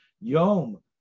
Yom